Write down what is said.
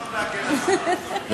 אתה לא חייב להגן על זה.